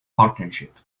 partnership